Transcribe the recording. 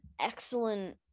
excellent